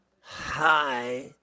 Hi